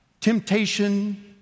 Temptation